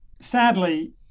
sadly